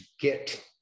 get